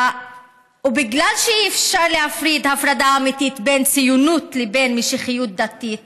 ובגלל שאי-אפשר להפריד הפרדה אמיתית בין ציונות לבין משיחיות דתית,